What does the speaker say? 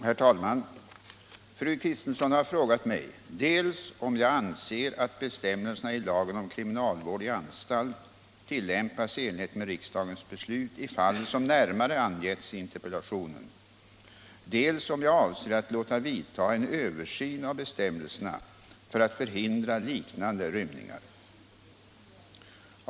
Herr talman! Fru Kristensson har frågat mig dels om jag anser att bestämmelserna i lagen om kriminalvård i anstalt tillämpas i enlighet med riksdagens beslut i fall som närmare angetts i interpel för att förhindra liknande rymningar.